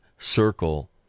circle